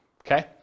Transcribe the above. Okay